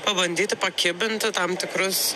pabandyti pakibinti tam tikrus